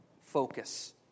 focus